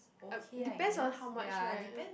depends on how much right